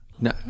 No